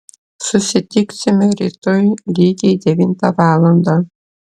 susitiksime rytoj lygiai devintą valandą